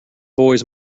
boys